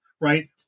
right